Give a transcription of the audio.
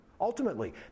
Ultimately